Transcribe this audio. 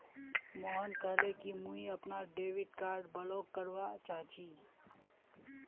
मोहन कहले कि मुई अपनार डेबिट कार्ड ब्लॉक करवा चाह छि